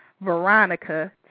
Veronica